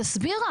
רק תסביר.